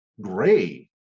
Gray